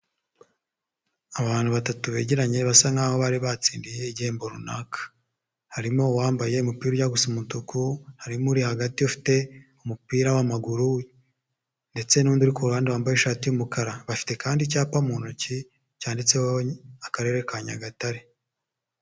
Abantu batatu begeranye basa n'aho bari batsindiye igihembo runaka, harimo uwambaye umupira ujya gusa umutuku, harimo uri hagati ufite umupira w'amaguru ndetse n'undi uri ku ruhande wambaye ishati y'umukara, bafite kandi icyapa mu ntoki cyanditseho Akarere ka Nyagatare.